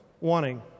wanting